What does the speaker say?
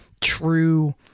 true